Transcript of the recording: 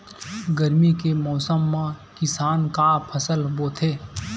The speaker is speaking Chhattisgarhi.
गरमी के मौसम मा किसान का फसल बोथे?